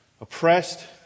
oppressed